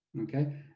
okay